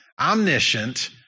omniscient